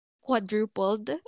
quadrupled